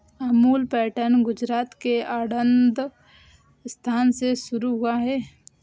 Amul pattern Gujarat के आणंद स्थान से शुरू हुआ है